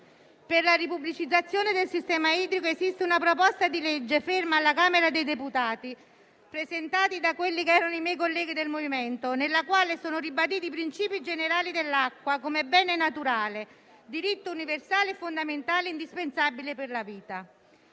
Per la ripubblicizzazione del sistema idrico esiste una proposta di legge ferma alla Camera dei deputati, presentata da quelli che erano i miei colleghi del MoVimento, nella quale sono ribaditi i principi generali dell'acqua come bene naturale, diritto universale, fondamentale e indispensabile per la vita.